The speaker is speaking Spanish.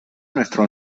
nuestro